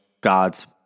God's